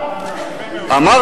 חבר הכנסת יואל חסון,